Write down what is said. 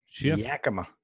Yakima